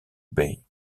bay